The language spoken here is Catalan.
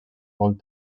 molt